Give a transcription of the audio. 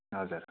हजुर